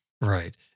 Right